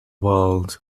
world